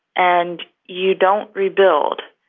and you don't rebuild,